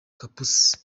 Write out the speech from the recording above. gapusi